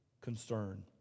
concern